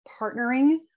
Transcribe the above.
partnering